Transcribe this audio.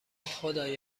خدای